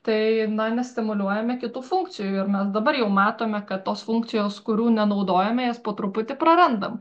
tai na ne stimuliuojame kitų funkcijų ir mes dabar jau matome kad tos funkcijos kurių nenaudojame jas po truputį prarandam